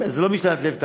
זה לא משאלת לב,